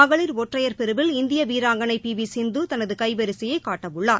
மகளிர் ஒற்றையர் பிரிவில் இந்திய வீராங்கனை பி வி சிந்து தனது கைவரிசையை காட்டவுள்ளார்